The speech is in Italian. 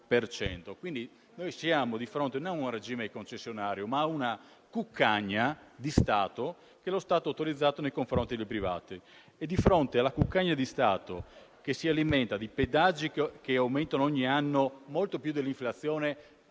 cento. Non siamo dinanzi a un regime concessionario, ma a una cuccagna che lo Stato ha autorizzato nei confronti di privati. Accanto alla cuccagna di Stato, che si alimenta di pedaggi che aumentano ogni anno molto più dell'inflazione